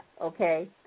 okay